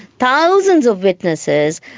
thousands of witnesses,